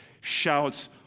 shouts